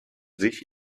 sich